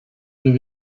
deux